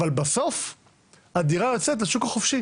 אבל בסוף הדירה יוצאת לשוק החופשי